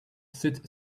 sit